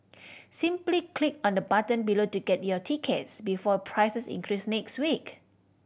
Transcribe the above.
simply click on the button below to get your tickets before prices increase next week